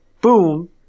boom